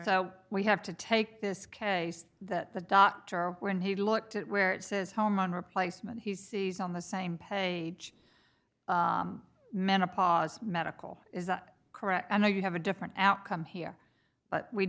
so we have to take this case that the doctor when he looked at where it says home on replacement he sees on the same page meant a pause medical is that correct i know you have a different outcome here but we